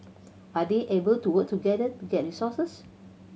are they able to work together to get resources